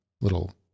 little